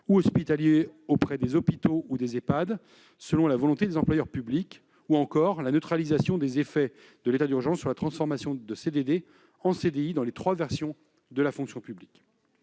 ou hospitaliers auprès des hôpitaux ou des Ehpad, selon la volonté des employeurs publics, ou encore à la « neutralisation » des effets de l'état d'urgence sur la transformation de CDD en CDI dans les trois versants de la fonction publique.